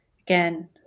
again